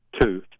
Two